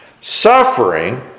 Suffering